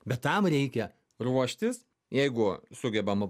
bet tam reikia ruoštis jeigu sugebama